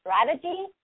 strategy